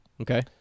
Okay